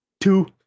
Two